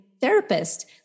therapist